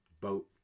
boat